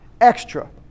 extra